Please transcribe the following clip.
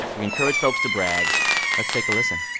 we encourage folks to brag. let's take a listen